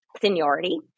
seniority